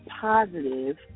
positive